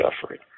suffering